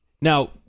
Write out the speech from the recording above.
now